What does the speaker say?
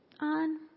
on